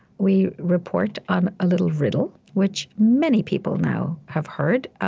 we report on a little riddle which many people now have heard.